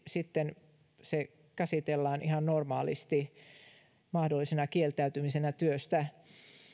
sitten se käsitellään ihan normaalisti mahdollisena kieltäytymisenä työstä